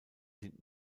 sind